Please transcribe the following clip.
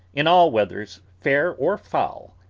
in all weathers, fair or foul,